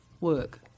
work